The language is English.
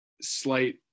slight